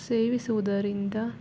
ಸೇವಿಸುವುದರಿಂದ